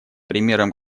примером